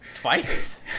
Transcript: twice